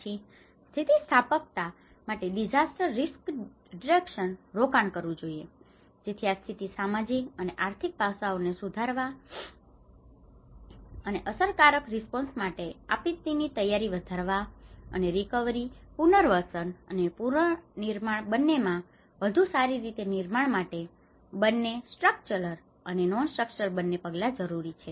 પછી સ્થિતિસ્થાપકતા માટે ડીઝાસ્ટર રિસ્ક રિડકશનમાં રોકાણ કરવું જોઈએ જેથી આ સ્થિતિ સામાજિક અને આર્થિક પાસાઓને સુધારવા અને અસરકારક રિસ્પોન્સ માટે આપત્તિની તૈયારી વધારવા અને રિકવરી પુનર્વસન અને પુનર્નિર્માણ બંનેમાં વધુ સારી રીતે નિર્માણ માટે બંને સ્ટ્રકચરલ અને નોન સ્ટ્રકચરલ બંને પગલા જરૂરી છે